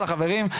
לחברים,